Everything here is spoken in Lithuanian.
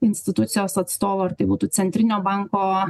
institucijos atstovo ar tai būtų centrinio banko